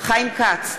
חיים כץ,